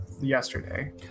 yesterday